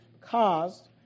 caused